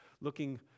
looking